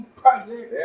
project